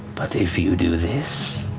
but if you do this,